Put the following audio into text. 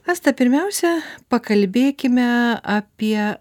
asta pirmiausia pakalbėkime apie